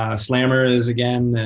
ah slammer is, again,